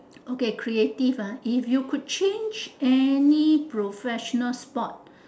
okay creative ah if you could change any professional sport